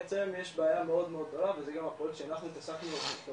בעצם יש בעיה מאוד גדולה וזה גם הפרויקט שאנחנו בעצם התעסקנו אתו